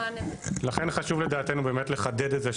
לכן חשבו לדעתנו באמת לחדד את זה,